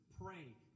Pray